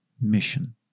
mission